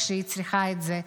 כשהיא צריכה את זה.